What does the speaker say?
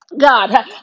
God